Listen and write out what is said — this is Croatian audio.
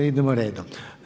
Idemo redom.